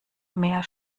mehr